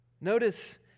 Notice